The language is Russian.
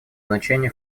значение